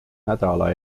nädala